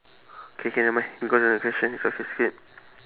K K nevermind we go to next question this one can skip